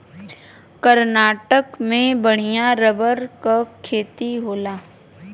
कर्नाटक में बढ़िया रबर क खेती होला